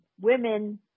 women